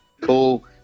Cool